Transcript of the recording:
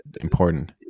important